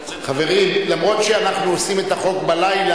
מוצע בהצעת חוק זו,